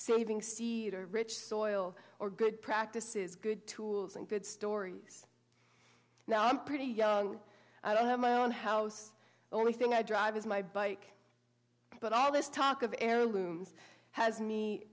saving see rich soil or good practices good tools and good stories now i'm pretty young i don't have my own house the only thing i drive is my bike but all this talk of heirlooms has me